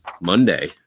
Monday